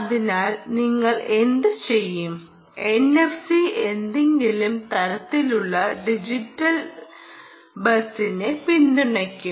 അതിനാൽ നിങ്ങൾ എന്തുചെയ്യും എൻഎഫ്സി ഏതെങ്കിലും തരത്തിലുള്ള ഡിജിറ്റൽ ബസിനെ പിന്തുണയ്ക്കും